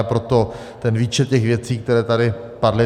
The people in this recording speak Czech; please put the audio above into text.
Proto výčet těch věcí, které tady padly.